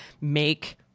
make